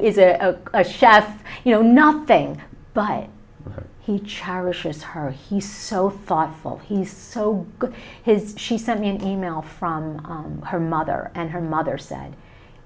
is a chef you know nothing but he cherishes her he's so thoughtful he's so good his she sent me an email from her mother and her mother said